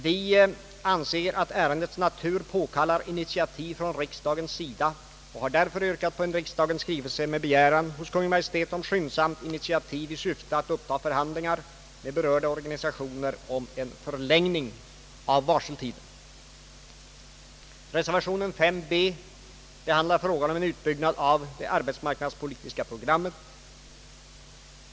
Vi anser att ärendets natur påkallar initiativ från riksdagens sida och har därför yrkat på en riksdagens skrivelse med begäran till Kungl. Maj:t om skyndsamt initiativ i syfte att uppta förhandlingar med berörda organisationer om en förlängning av varseltiden. Reservation b vid punkt 3 behandlar frågan om en utbyggnad av det arbetsmarknadspolitiska programmet.